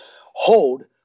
hold